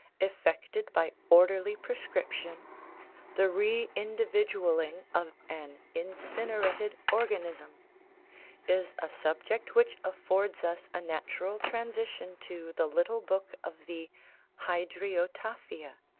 effected by orderly prescription the re-individualling of an incinerated organism is a subject which affords us a natural transition to the little book of the hydriotaphia,